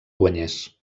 guanyés